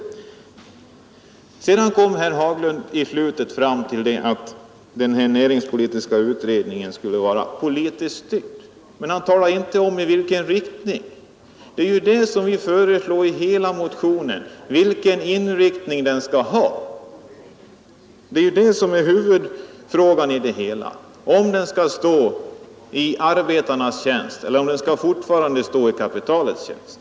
Herr Haglund kom i slutet av sitt anförande fram till att den näringspolitiska utredningen skulle vara politiskt styrd, men han talade inte om i vilken riktning. Vi vill genom våra förslag i motionen ange vilken inriktning den skall ha. Huvudfrågan i detta sammanhang är om den skall stå i arbetarnas eller i kapitalets tjänst.